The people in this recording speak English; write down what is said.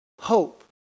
hope